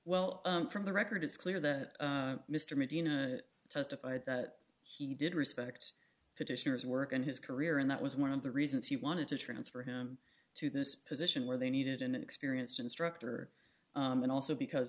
well from the record it's clear that mr medina testified that he did respect petitioner's work and his career and that was one of the reasons he wanted to transfer him to this position where they needed an experienced instructor and also because